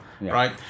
right